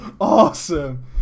awesome